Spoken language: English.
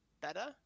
better